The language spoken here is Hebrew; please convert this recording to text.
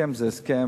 הסכם זה הסכם,